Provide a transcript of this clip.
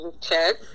Check